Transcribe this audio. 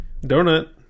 Donut